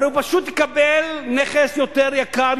הרי הוא פשוט יקבל נכס יותר יקר,